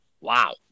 Wow